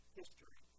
history